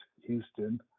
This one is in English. Houston